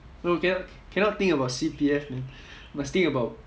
no cannot cannot think about C_P_F man must think about